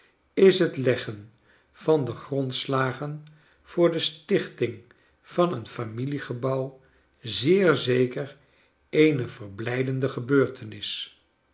s het leggen van de grondslagen voor de stichting van een familiegebouw zeer zeker eene verblijdende gebeurtenis